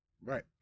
Right